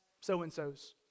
so-and-so's